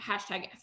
hashtag